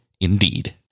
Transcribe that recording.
indeed